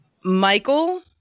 Michael